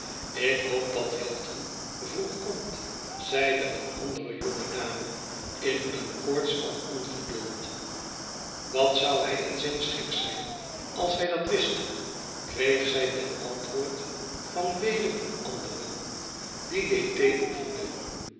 ik hoop dat hilton vroeg komt zeide een andere jonge dame in een koorts van ongeduld wat zou hij in zijn schik zijn als hij dat wist kreeg zij ten antwoord van weder een andere